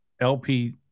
LP